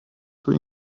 für